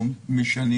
תודה,